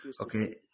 Okay